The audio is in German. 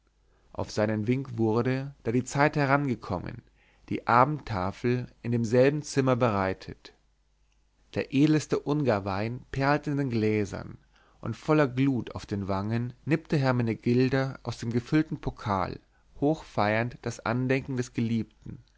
auf seinen wink wurde da die zeit herangekommen die abendtafel in demselben zimmer bereitet der edelste ungarwein perlte in den gläsern und volle glut auf den wangen nippte hermenegilda aus dem gefüllten pokal hochfeiernd das andenken des geliebten